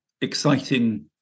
exciting